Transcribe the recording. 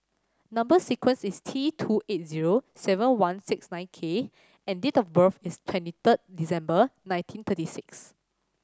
number sequence is T two eight zero seven one six nine K and date of birth is twenty third December nineteen thirty six